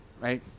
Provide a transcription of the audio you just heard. right